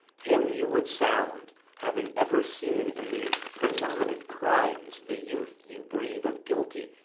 him you would sound, having ever seen in the prenominate crimes the youth you breathe of guilty,